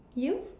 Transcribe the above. you